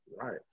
Right